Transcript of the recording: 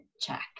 check